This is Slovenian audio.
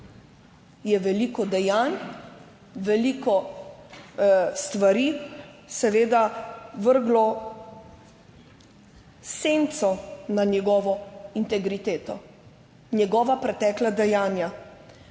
je veliko dejanj, veliko stvari seveda vrglo senco na njegovo integriteto, njegova pretekla dejanja.